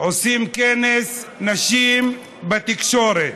עושים כנס נשים בתקשורת.